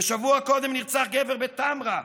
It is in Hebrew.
ושבוע קודם נרצח גברה בטמרה,